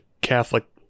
catholic